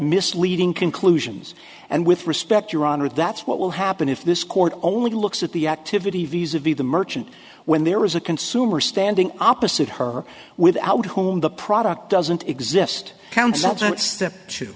misleading conclusions and with respect your honor that's what will happen if this court only looks at the activity viz a viz the merchant when there is a consumer standing opposite her without whom the product doesn't exist